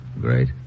great